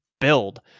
build